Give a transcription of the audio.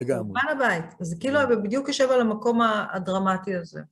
לגמרי. מעל הבית, אז זה כאילו בדיוק יושב על המקום הדרמטי הזה.